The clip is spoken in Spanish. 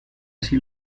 así